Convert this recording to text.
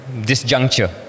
disjuncture